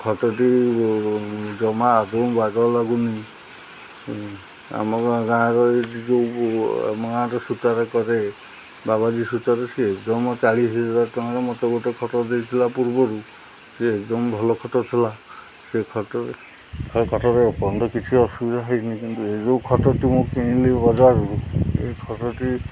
ଖଟଟି ଜମା ଆଗ ବାଗ ଲାଗୁନି ଆମ ଗାଁର ଏ ଯେଉଁ ଆମ ଗାଁର ସୂତାରେ କରେ ବାବାଜୀ ସୂତାରେ ସେ ଜମା ଚାଳିଶ ହଜାର ଟଙ୍କାରେ ମୋତେ ଗୋଟେ ଖଟ ଦେଇଥିଲା ପୂର୍ବରୁ ସେ ଏକଦମ ଭଲ ଖଟ ଥିଲା ସେ ଖଟରେ ଖଟରେ ପର୍ଯ୍ୟନ୍ତ କିଛି ଅସୁବିଧା ହେଇନି କିନ୍ତୁ ଏ ଯେଉଁ ଖଟଟି ମୁଁ କିଣିଲି ବଜାରରୁ ଏ ଖଟଟି